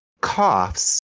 coughs